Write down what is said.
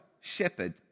shepherd